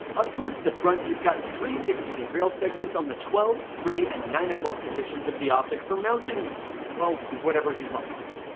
up towards the front, you've got three picatinny rail segments on the twelfth three and nine o'clock positions of the optic for mounting weld, whatever you'd like to.